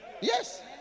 Yes